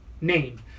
name